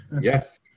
Yes